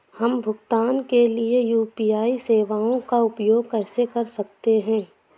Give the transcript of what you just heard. हम भुगतान के लिए यू.पी.आई सेवाओं का उपयोग कैसे कर सकते हैं?